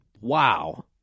Wow